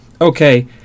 okay